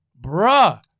Bruh